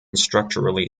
structurally